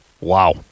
Wow